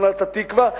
שכונת התקווה.